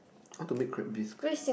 how to make crab bisque